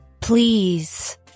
please